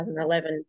2011